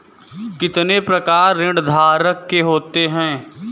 कितने प्रकार ऋणधारक के होते हैं?